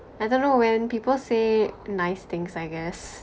I don't know when people say nice things I guess